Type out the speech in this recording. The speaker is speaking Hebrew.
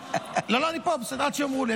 אני פה עד שיאמרו לי.